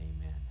amen